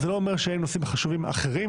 זה לא אומר שאין נושאים חשובים אחרים,